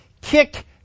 Kick